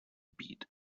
beat